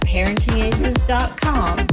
ParentingAces.com